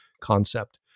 concept